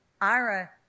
Ira